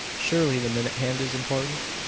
surely the minute hand is important.